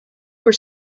were